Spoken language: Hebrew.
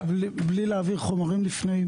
איך יכול לעשות דיון בלי להביא חומרים לפניי?